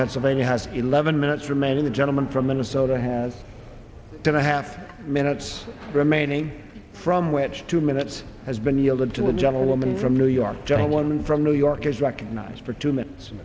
pennsylvania has eleven minutes remaining the gentleman from minnesota has done a half minutes remaining from which two minutes has been yielded to the gentlewoman from new york gentlewoman from new yorkers recognized for two minutes